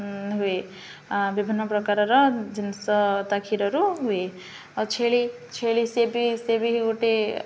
ହୁଏ ବିଭିନ୍ନ ପ୍ରକାରର ଜିନିଷ ତା କ୍ଷୀରରୁ ହୁଏ ଆଉ ଛେଳି ଛେଳି ସିଏ ବି ସିଏ ବି ଗୋଟେ